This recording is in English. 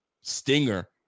stinger